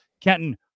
Kenton